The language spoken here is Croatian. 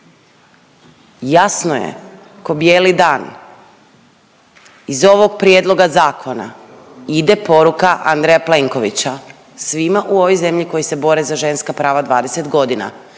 Jasno je ko bijeli dan iz ovog prijedloga zakona ide poruka Andreja Plenkovića svima u ovoj zemlji koji se bore za ženska prava 20 godina.